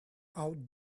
out